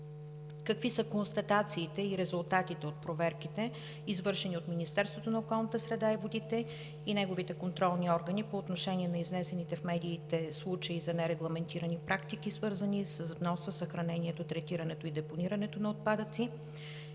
Какви са констатациите и резултатите от проверките, извършени от Министерството на околната среда и водите и неговите контролни органи, по отношение на изнесените в медиите случаи за нерегламентирани практики, свързани с вноса, съхранението, третирането и депонирането на отпадъци?